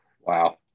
wow